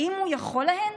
האם הוא יכול להן?